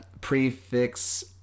prefix